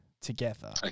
together